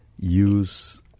use